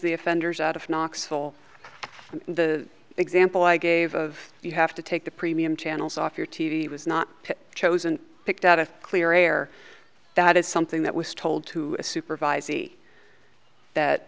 the offenders out of knoxville and the example i gave of you have to take the premium channels off your t v was not chosen picked out of clear air that is something that was told to a supervisor be that